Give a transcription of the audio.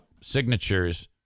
signatures